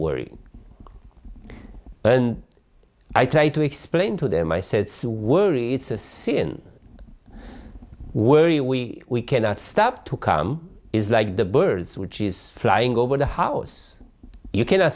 when i try to explain to them i said to worry it's a sin worry we we cannot stop to come is like the birds which is flying over the house you cannot